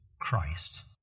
Christ